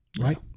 Right